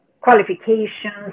qualifications